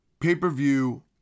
pay-per-view